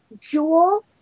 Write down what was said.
Jewel